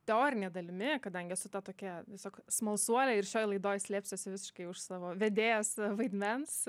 teorine dalimi kadangi esu ta tokia tiesiog smalsuolė ir šioj laidoj slėpsiuosi visiškai už savo vedėjos vaidmens